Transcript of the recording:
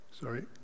Sorry